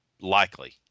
likely